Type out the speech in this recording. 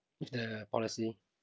with the policy